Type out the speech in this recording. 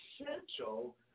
essential